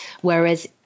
whereas